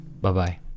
Bye-bye